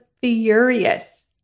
furious